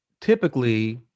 typically